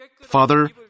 Father